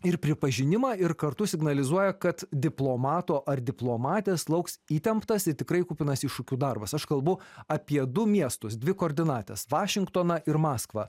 ir pripažinimą ir kartu signalizuoja kad diplomato ar diplomatės lauks įtemptas ir tikrai kupinas iššūkių darbas aš kalbu apie du miestus dvi koordinates vašingtoną ir maskvą